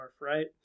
right